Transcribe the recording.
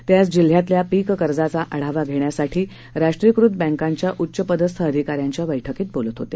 ते आज जिल्ह्यातल्या पीक कर्जाचा आढावा घेण्यासाठी राष्ट्रीयीकृत बँकाच्या उच्चपदस्थ अधिकाऱ्यांच्या बैठकीत बोलत होते